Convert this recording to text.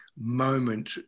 moment